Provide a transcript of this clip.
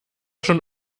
schon